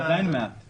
הם עדיין מעטים.